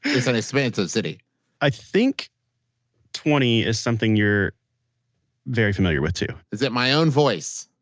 it's an expensive city i think twenty is something you're very familiar with too is it my own voice?